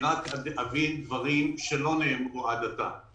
אביא רק דברים שלא נאמרו עד עתה.